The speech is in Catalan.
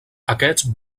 aquests